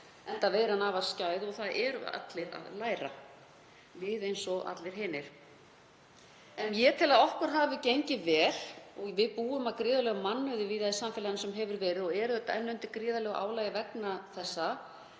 er veiran afar skæð og það eru allir að læra, við eins og allir hinir. Ég tel að okkur hafi gengið vel og við búum að gríðarlegum mannauði víða í samfélaginu sem hefur verið og er enn undir gríðarlegu álagi vegna þessa.